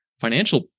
financial